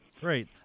Great